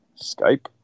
Skype